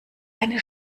eine